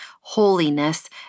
holiness